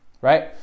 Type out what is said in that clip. right